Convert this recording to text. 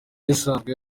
isanzwe